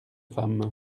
femmes